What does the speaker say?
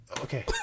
Okay